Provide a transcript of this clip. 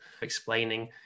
explaining